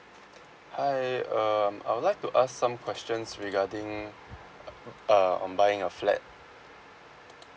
hi um I would like to ask some questions regarding uh uh uh on buying a flat